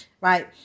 right